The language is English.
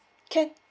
can